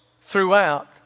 throughout